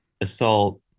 assault